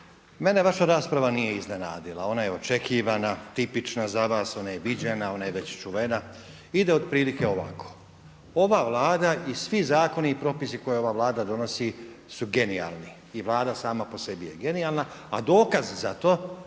mene vaša rasprava nije iznenadila, ona je očekivana, tipična za vas, ona je viđena, ona je već čuvena i ide otprilike ovako. Ova Vlada i svi zakoni i propisi koje ove Vlada donosi su genijalni i Vlada sama po sebi je genijalna. A dokaz za to